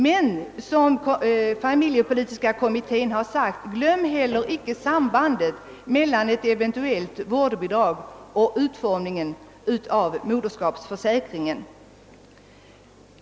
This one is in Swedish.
Men, som familjepolitiska kommittén skriver, glöm heller inte sambandet mellan ett eventuellt vårdbidrag och utformningen av moderskapsersättningen.